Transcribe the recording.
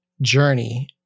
journey